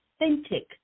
authentic